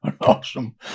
awesome